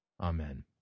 Amen